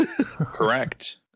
Correct